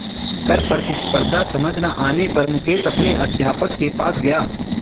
कर प्रतिस्पर्धा समझ ना आने पर मुकेश अपने अध्यापक के पास गया